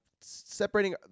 separating